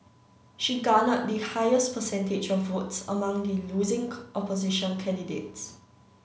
she garnered the highest percentage of votes among the losing opposition candidates